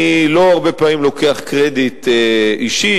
אני לא הרבה פעמים לוקח קרדיט אישי.